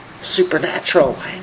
Supernatural